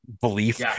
belief